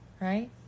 right